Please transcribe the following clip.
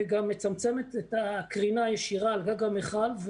וגם מצמצמת את הקרינה הישירה על גג המכל,